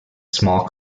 small